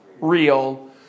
real